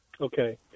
Okay